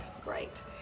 great